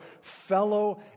fellow